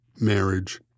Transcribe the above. marriage